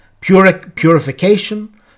purification